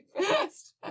fast